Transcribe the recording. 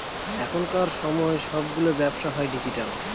এখনকার সময় সবগুলো ব্যবসা হয় ডিজিটাল